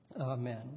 Amen